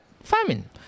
Famine